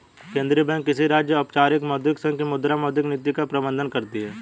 केंद्रीय बैंक किसी राज्य, औपचारिक मौद्रिक संघ की मुद्रा, मौद्रिक नीति का प्रबन्धन करती है